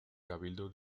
cabildo